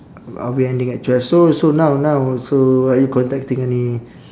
are we ending at twelve so so now now so are you contacting any